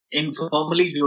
informally